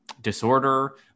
disorder